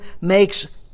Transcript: makes